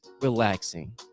relaxing